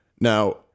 Now